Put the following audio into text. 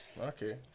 Okay